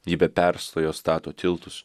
ji be perstojo stato tiltus